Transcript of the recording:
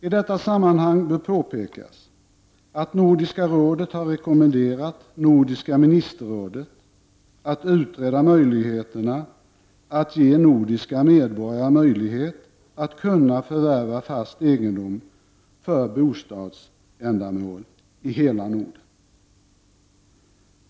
I detta sammanhang bör påpekas att Nordiska rådet rekommenderat nordiska ministerrådet att utreda möjligheterna för nordiska medborgare att förvärva fast egendom för bostadsändamål i hela Norden.